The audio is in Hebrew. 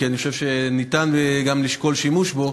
כי אני חושב שניתן גם לשקול שימוש בו,